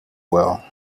well